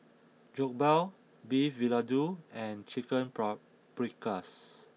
Jokbal Beef Vindaloo and Chicken Paprikas